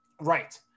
Right